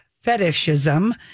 fetishism